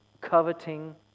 coveting